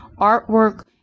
artwork